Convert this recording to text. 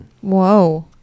Whoa